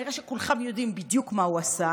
כנראה שכולכם יודעים בדיוק מה הוא עשה.